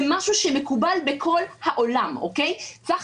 זה משהו מקובל בכל העולם.